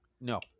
No